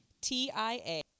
T-I-A